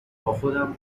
باخودم